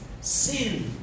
sin